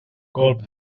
colp